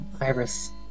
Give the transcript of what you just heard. Iris